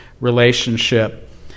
relationship